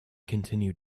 continued